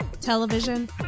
television